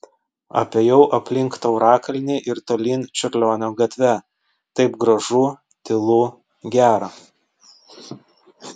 apėjau aplink taurakalnį ir tolyn čiurlionio gatve taip gražu tylu gera